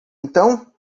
então